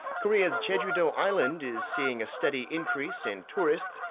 korea's jeju-do island is seeing a steady increase in tourists.